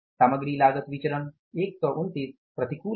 सामग्री लागत विचरण 129 प्रतिकूल है